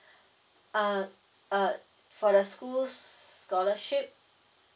uh uh for the school s~ scholarship